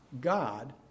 God